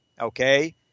Okay